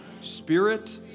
spirit